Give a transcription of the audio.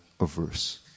averse